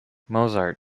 mozart